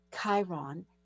Chiron